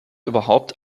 überhaupt